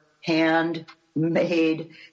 handmade